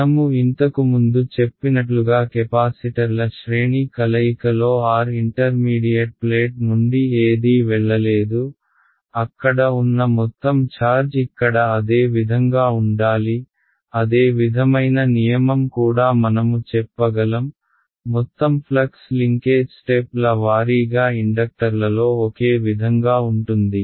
మనము ఇంతకుముందు చెప్పినట్లుగా కెపాసిటర్ల శ్రేణి కలయిక లో R ఇంటర్మీడియట్ ప్లేట్ నుండి ఏదీ వెళ్ళలేదు అక్కడ ఉన్న మొత్తం ఛార్జ్ ఇక్కడ అదే విధంగా ఉండాలి అదే విధమైన నియమం కూడా మనము చెప్పగలం మొత్తం ఫ్లక్స్ లింకేజ్ స్టెప్ ల వారీగా ఇండక్టర్లలో ఒకే విధంగా ఉంటుంది